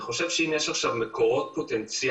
העניין הוא שאם יש עכשיו מקורות פוטנציאליים